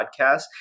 podcast